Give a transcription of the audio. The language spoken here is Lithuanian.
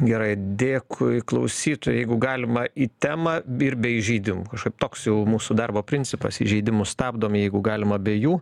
gerai dėkui klausytojui jeigu galima į temą ir be įžeidimų kažkaip toks jau mūsų darbo principas įžeidimus stabdom jeigu galima be jų